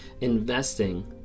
investing